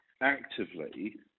actively